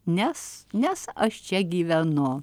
nes nes aš čia gyvenu